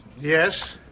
yes